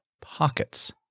pockets